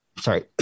sorry